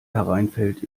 hereinfällt